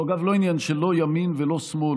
שהוא אגב לא עניין של ימין ולא שמאל,